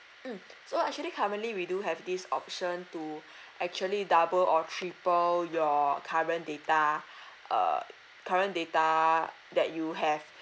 mm so actually currently we do have this option to actually double or triple your current data uh current data that you have